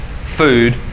food